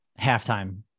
halftime